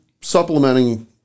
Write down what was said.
supplementing